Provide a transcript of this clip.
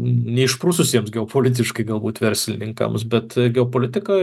neišprususiems geopolitiškai galbūt verslininkams bet geopolitika